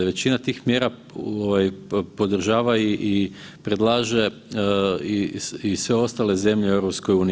Većina tih mjera ovaj podržava i predlaže i sve ostale zemlje u EU.